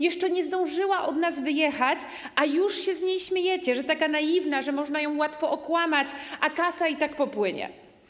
Jeszcze nie zdążyła od nas wyjechać, a już się z niej śmiejecie, że taka naiwna, że można ją łatwo okłamać, a kasa i tak popłynie.